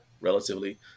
relatively